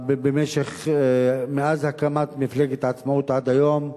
בממשלה מאז הקמת מפלגת העצמאות ועד היום.